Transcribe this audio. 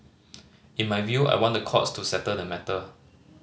in my view I want the courts to settle the matter